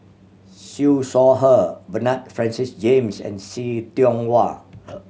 Siew Shaw Her Bernard Francis James and See Tiong Wah